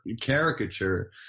caricature